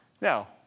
Now